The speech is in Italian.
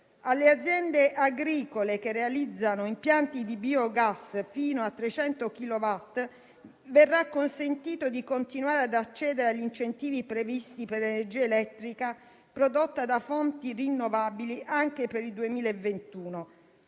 Alle aziende agricole che realizzano impianti di biogas fino a 300 kilowatt verrà consentito di continuare ad accedere agli incentivi previsti per l'energia elettrica prodotta da fonti rinnovabili anche per il 2021.